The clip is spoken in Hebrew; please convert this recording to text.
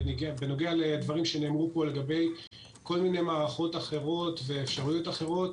בנוגע לדברים שנאמרו פה על מערכות אחרות ואפשרויות אחרות